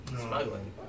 Smuggling